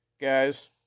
guys